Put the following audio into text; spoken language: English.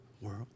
world